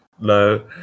No